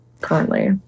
currently